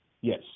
Yes